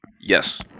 yes